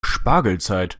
spargelzeit